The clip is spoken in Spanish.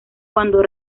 cuando